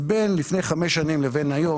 בין לפני חמש שנים לבין היום,